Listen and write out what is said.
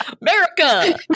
America